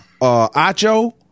Acho